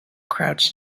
crouch